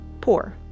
Poor